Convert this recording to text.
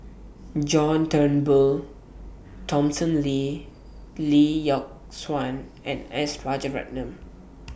John Turnbull Thomson Lee Lee Yock Suan and S Rajaratnam